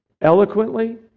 eloquently